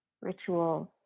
rituals